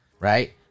Right